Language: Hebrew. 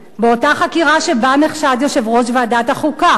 באותה חקירה שבה נחשד יושב-ראש ועדת החוקה,